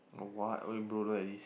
or what !oi! bro look at this